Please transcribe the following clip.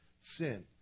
sin